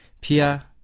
Pia